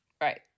right